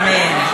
אמן.